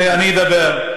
ואני אדבר.